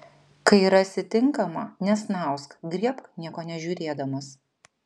kai rasi tinkamą nesnausk griebk nieko nežiūrėdamas